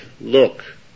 look